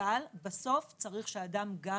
אבל בסוף צריך שהאדם גם